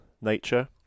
nature